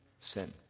sin